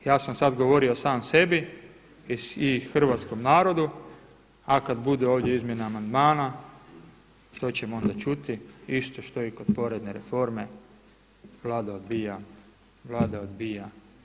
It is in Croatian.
A da, ja sam sad govorio sam sebi i hrvatskom narodu, a kad budu ovdje izmjene amandmana to ćemo onda čuti isto što i kod porezne reforme Vlada odbija, Vlada odbija.